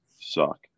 suck